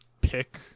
pick